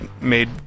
made